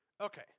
Okay